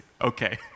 okay